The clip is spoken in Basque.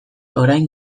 orain